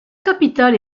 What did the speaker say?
capitale